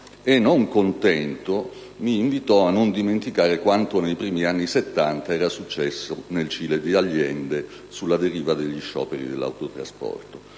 e, non contento, mi invitò a non dimenticare quanto nei primi anni Settanta era successo nel Cile di Allende sulla deriva degli scioperi dell'autotrasporto.